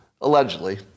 allegedly